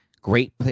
Great